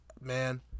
man